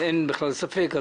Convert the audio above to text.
אין בכלל ספק.